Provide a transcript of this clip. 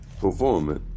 performance